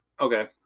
Okay